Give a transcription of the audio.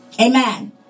Amen